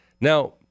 Now